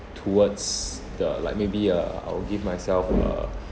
towards the like maybe uh I'll give myself a